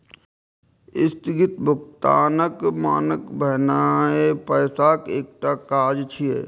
स्थगित भुगतानक मानक भेनाय पैसाक एकटा काज छियै